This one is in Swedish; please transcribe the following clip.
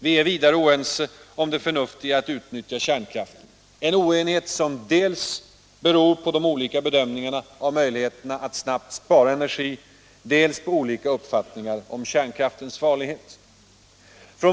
Vi är vidare oense om det förnuftiga i att utnyttja kärnkraften, en oenighet som beror dels på de olika bedömningarna av möjligheterna att snabbt spara energi, dels på olika uppfattningar om kärnkraftens farlighet.